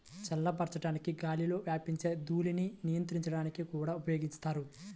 చల్లబరచడానికి గాలిలో వ్యాపించే ధూళిని నియంత్రించడానికి కూడా ఉపయోగిస్తారు